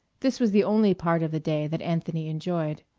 this was the only part of the day that anthony enjoyed.